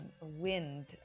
wind